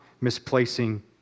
misplacing